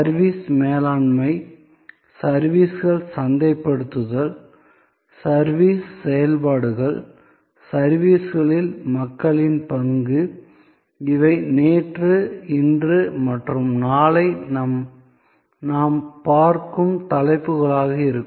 service மேலாண்மை சர்விஸ்கள் சந்தைப்படுத்தல் சர்விஸ் செயல்பாடுகள் சர்விஸ்களில் மக்களின் பங்கு இவை நேற்று இன்று மற்றும் நாளை நாம் பார்க்கும் தலைப்புகளாக இருக்கும்